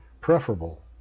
preferable